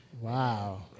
Wow